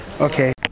Okay